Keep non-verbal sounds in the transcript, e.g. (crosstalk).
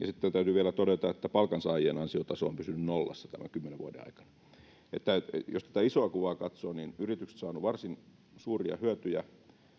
(unintelligible) sitten täytyy vielä todeta että palkansaajien ansiotaso on pysynyt nollassa tämän kymmenen vuoden aikana eli jos tätä isoa kuvaa katsoo niin yritykset ovat saaneet varsin suuria hyötyjä